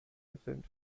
gefilmt